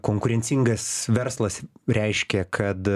konkurencingas verslas reiškia kad